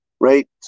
right